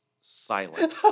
silent